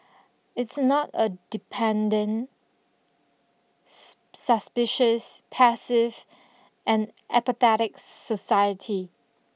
it's not a dependent suspicious passive and apathetic society